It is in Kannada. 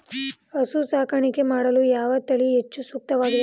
ಹಸು ಸಾಕಾಣಿಕೆ ಮಾಡಲು ಯಾವ ತಳಿ ಹೆಚ್ಚು ಸೂಕ್ತವಾಗಿವೆ?